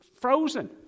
frozen